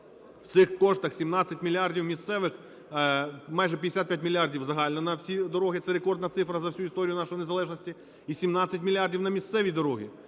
в цих коштах, 17 мільярдів місцевих, майже 55 мільярдів – загально на всі дороги, це рекордна цифра за всю історію нашої незалежності, і 17 мільярдів – на місцеві дороги.